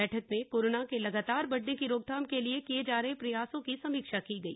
बैठक में कोराना के लगातार बढ़ने की रोकथाम के लिए किए जा रहे प्रयासों की समीक्षा की गई